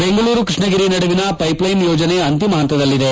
ಬೆಂಗಳೂರು ಕೃಷ್ಣಗಿರಿ ನಡುವಿನ pipeline ಯೋಜನೆ ಅಂತಿಮ ಹಂತದಲ್ಲಿದೆ